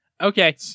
Okay